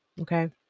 Okay